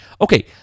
Okay